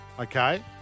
okay